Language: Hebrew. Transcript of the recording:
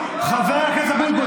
חבר הכנסת אבוטבול,